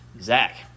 Zach